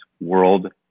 world